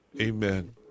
Amen